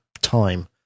time